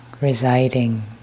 residing